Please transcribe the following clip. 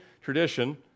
tradition